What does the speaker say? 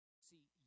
See